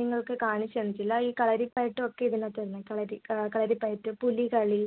നിങ്ങൾക്ക് കാണിച്ചു തന്നിട്ടില്ല ഈ കളരിപ്പയറ്റും ഒക്കെ ഇതിനകത്ത് വരുന്നതാണ് കളരി കളരിപ്പയറ്റ് പുലികളി